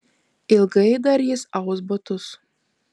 ilgai dar jis aus batus